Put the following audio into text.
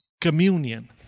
communion